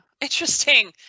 interesting